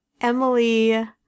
emily